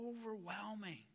overwhelming